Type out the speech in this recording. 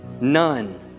none